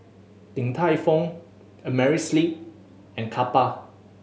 Din Tai Fung Amerisleep and Kappa